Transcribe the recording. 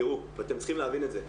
תראו, ואתם צריכים להבין את זה.